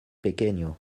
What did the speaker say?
pequeño